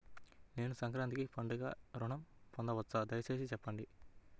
నేను సంక్రాంతికి పండుగ ఋణం పొందవచ్చా? దయచేసి చెప్పండి?